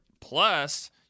plus